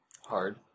hard